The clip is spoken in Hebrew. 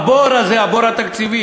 הבור התקציבי